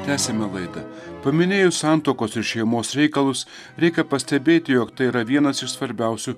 tęsiame laidą paminėjus santuokos ir šeimos reikalus reikia pastebėti jog tai yra vienas iš svarbiausių